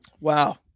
Wow